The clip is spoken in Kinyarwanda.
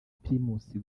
primus